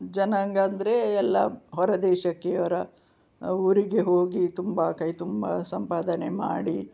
ಜನಾಂಗಾಂದರೆ ಎಲ್ಲಾ ಹೊರದೇಶಕ್ಕೆ ಅವರ ಊರಿಗೆ ಹೋಗಿ ತುಂಬಾ ಕೈ ತುಂಬಾ ಸಂಪಾದನೆ ಮಾಡಿ